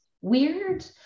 weird